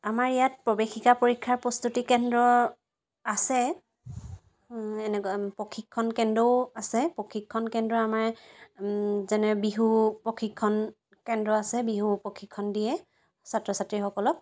আমাৰ ইয়াত প্ৰৱেশিকা পৰীক্ষা প্ৰস্তুতি কেন্দ্ৰ আছে এনেকুৱা প্ৰশিক্ষণ কেন্দ্ৰও আছে প্ৰশিক্ষণ কেন্দ্ৰ আমাৰ যেনে বিহু প্ৰশিক্ষণ কেন্দ্ৰ আছে বিহু প্ৰশিক্ষণ দিয়ে ছাত্ৰ ছাত্ৰীসকলক